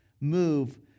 move